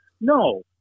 No